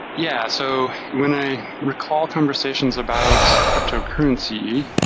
yeah. so when i recall conversations about cryptocurrency,